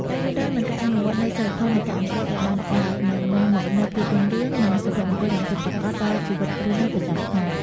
ការយល់ដឹង និង ការអនុវត្តនូវសីលធម៌នៃការអង្គុយឱ្យបានល្អនឹងនាំមកនូវភាពរុងរឿង និង សុភមង្គលយ៉ាងពិតប្រាកដក្នុងជីវិតរស់នៅប្រចាំថ្ងៃ។